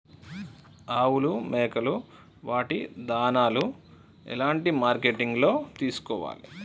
ఆవులు మేకలు వాటి దాణాలు ఎలాంటి మార్కెటింగ్ లో తీసుకోవాలి?